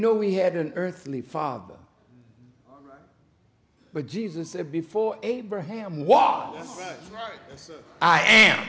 know we had an earthly father but jesus said before abraham was i am